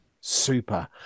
Super